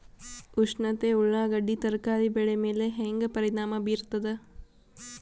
ಉಷ್ಣತೆ ಉಳ್ಳಾಗಡ್ಡಿ ತರಕಾರಿ ಬೆಳೆ ಮೇಲೆ ಹೇಂಗ ಪರಿಣಾಮ ಬೀರತದ?